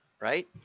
right